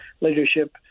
leadership